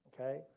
Okay